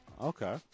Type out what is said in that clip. Okay